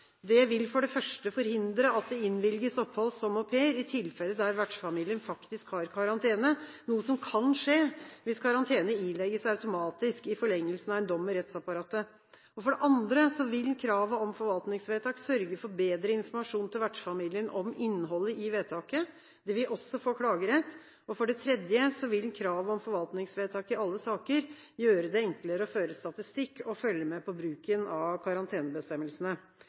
forvaltningsvedtak, vil for det første forhindre at det innvilges opphold som au pair i tilfeller der vertsfamilien faktisk har karantene, noe som kan skje hvis karantene ilegges automatisk i forlengelsen av en dom i rettsapparatet. For det andre vil kravet om forvaltningsvedtak sørge for bedre informasjon til vertsfamilien om innholdet i vedtaket. De vil også få klagerett. For det tredje vil kravet om forvaltningsvedtak i alle saker gjøre det enklere å føre statistikk og følge med på bruken av karantenebestemmelsene.